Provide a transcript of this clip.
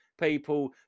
people